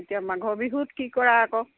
এতিয়া মাঘৰ বিহুত কি কৰা আকৌ